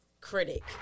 critic